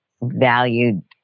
valued